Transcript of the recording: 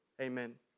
amen